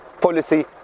policy